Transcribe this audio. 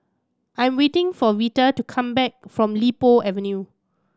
I'm waiting for Vita to come back from Li Po Avenue